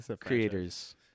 creators